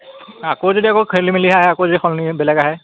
আকৌ যদি আকৌ খেলিমেলিহে আকৌ যদি সলনি বেলেগ আহে